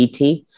ET